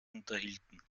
unterhielten